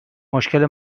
مشکل